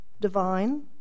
divine